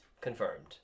confirmed